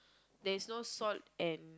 there is no salt and